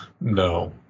No